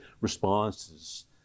responses